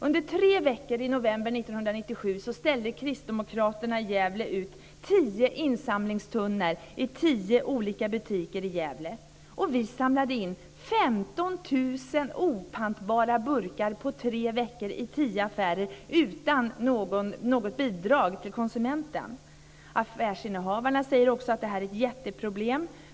Under tre veckor i november 1997 ställde Kristdemokraterna i Gävle ut tio insamlingstunnor i tio olika butiker i Gävle. Vi samlade in 15 000 opantbara burkar på tre veckor i tio affärer utan något bidrag till konsumenten! Affärsinnehavarna säger att detta är ett jätteproblem.